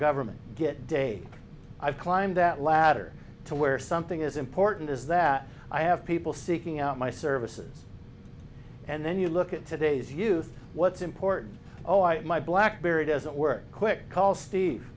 government get day i climb that ladder to where something is important is that i have people seeking out my services and then you look at today's youth what's important oh i my blackberry doesn't work quick call steve